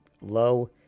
low